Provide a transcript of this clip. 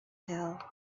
hill